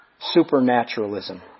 supernaturalism